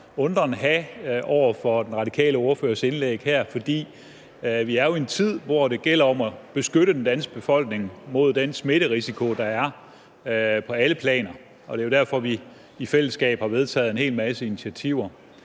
undren over for den radikale ordførers indlæg her, for vi er jo i en tid, hvor det gælder om at beskytte den danske befolkning mod den smitterisiko, der er, på alle planer, og det er jo derfor, vi i fællesskab har vedtaget en hel masse initiativer.